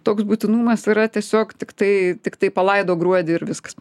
toks būtinumas yra tiesiog tiktai tiktai palaido gruodį ir viskas